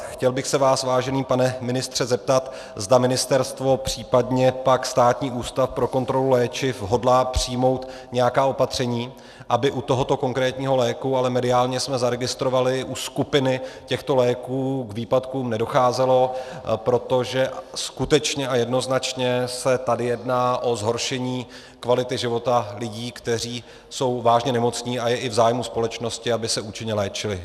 Chtěl bych se vás, vážený pane ministře, zeptat, zda Ministerstvo, případně pak Státní ústav pro kontrolu léčiv hodlá přijmout nějaká opatření, aby u tohoto konkrétního léku ale mediálně jsme zaregistrovali u skupiny těchto léků k výpadkům nedocházelo, protože skutečně a jednoznačně se tady jedná o zhoršení kvality života lidí, kteří jsou vážně nemocní, a je i v zájmu společnosti, aby se účinně léčili.